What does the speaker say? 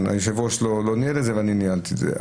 היושב ראש לא ניהל את זה ואני ניהלתי את זה.